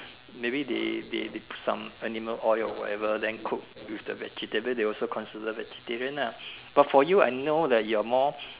maybe they they they put some animal oil or whatever then cook with the vegetable they also consider vegetarian nah but for you I know that you are more